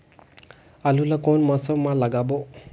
आलू ला कोन मौसम मा लगाबो?